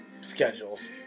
schedules